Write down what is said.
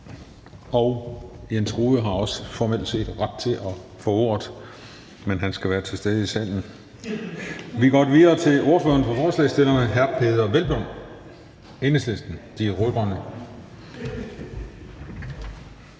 Jens Rohde har også formelt set ret til at få ordet, men han skal være til stede i salen. Vi går videre til ordføreren for forslagsstillerne, hr. Peder Hvelplund, Enhedslisten – De Rød-Grønne.